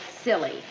silly